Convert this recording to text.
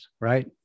right